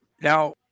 Now